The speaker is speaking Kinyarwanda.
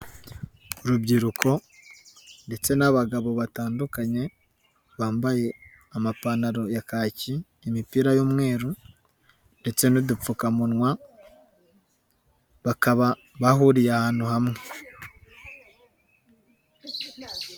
Urubyiruko ndetse n'abagabo batandukanye bambaye amapantaro ya kaki imipira y'umweru ndetse n'udupfukamunwa, bakaba bahuriye ahantu hamwe.